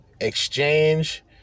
exchange